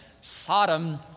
Sodom